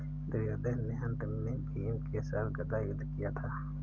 दुर्योधन ने अन्त में भीम के साथ गदा युद्ध किया था